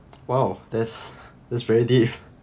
!wow! that's that's very deep